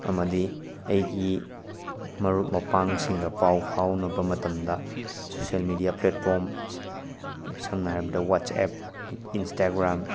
ꯑꯃꯗꯤ ꯑꯩꯒꯤ ꯃꯔꯨꯞ ꯃꯄꯥꯡꯁꯤꯡꯒ ꯄꯥꯎ ꯐꯥꯎꯅꯕ ꯃꯇꯝꯗ ꯁꯣꯁꯦꯜ ꯃꯦꯗꯤꯌꯥ ꯄ꯭ꯂꯦꯠꯐ꯭ꯣꯔꯝ ꯁꯝꯅ ꯍꯥꯏꯔꯕꯗ ꯋꯥꯠꯁꯑꯦꯞ ꯏꯟꯁꯇꯥꯒ꯭ꯔꯥꯝ